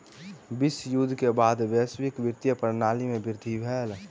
विश्व युद्ध के बाद वैश्विक वित्तीय प्रणाली में वृद्धि भेल